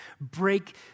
Break